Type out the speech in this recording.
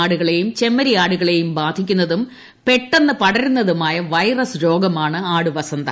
ആടുകളെയും ചെമ്മരിയാടുകളെയും ബാധിക്കൂന്നതും ് പെട്ടെന്ന് പടരുന്നതുമായ വൈറസ് രോഗമാണ് ആടുവസ്ത്ര